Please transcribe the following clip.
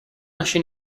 nasce